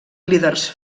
líders